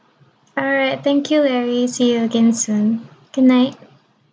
alright thank you larry see you again soon good night